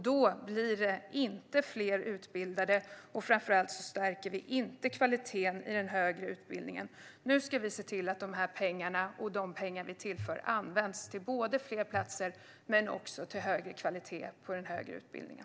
Då blir det inte fler utbildade, och framför allt stärker vi inte kvaliteten i den högre utbildningen. Nu ska vi se till att dessa pengar och de pengar vi tillför används till både fler platser och högre kvalitet i den högre utbildningen.